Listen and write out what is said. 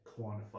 quantify